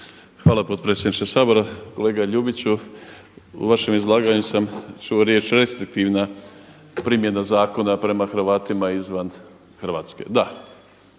Hvala potpredsjedniče Sabora. Kolega Ljubiću u vašem izlaganju sam čuo riječ restriktivna primjena zakona prema Hrvatima izvan Hrvatske.